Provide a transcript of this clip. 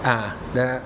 ah ya